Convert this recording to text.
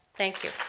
thank you